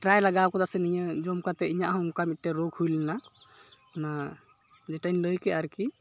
try ᱞᱮᱜᱟᱣ ᱠᱟᱫᱟ ᱥᱮ ᱱᱤᱭᱟᱹ ᱡᱚᱢ ᱠᱟᱛᱮᱫ ᱤᱧᱟᱹᱜᱦᱚᱸ ᱱᱚᱝᱠᱟ ᱢᱤᱫᱴᱮᱡ ᱨᱳᱜᱽ ᱦᱩᱭᱞᱮᱱᱟ ᱚᱱᱟ ᱡᱮᱴᱟᱧ ᱞᱟᱹᱭᱠᱮᱫᱼᱟ ᱟᱨᱠᱤ